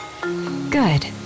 Good